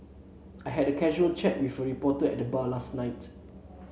I had a casual chat with a reporter at the bar last night